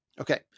Okay